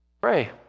pray